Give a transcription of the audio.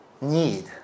need